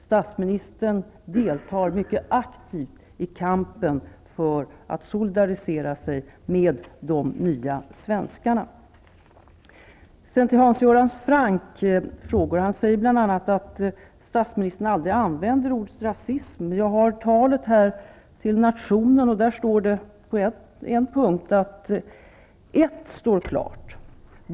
Statsministern deltar mycket aktivt i kampen för solidaritet med de nya svenskarna. Hans Göran Franck säger bl.a. att statsministern aldrig använder ordet rasism. Jag har här med mig statsministerns tal till nationen där han sade: ''Ett står klart.